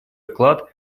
вклад